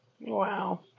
Wow